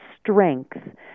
strength